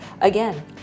Again